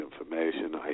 information